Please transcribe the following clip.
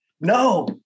No